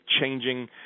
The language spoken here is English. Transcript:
changing